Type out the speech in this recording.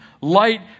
Light